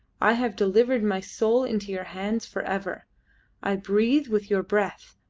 i have delivered my soul into your hands for ever i breathe with your breath,